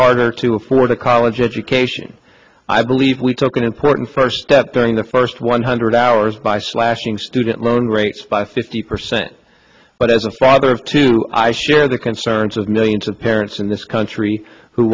harder to afford a college education i believe we took an important first step during the first one hundred and ours by slashing student loan rates by fifty percent but as a father of two i share the concerns of millions of parents in this country who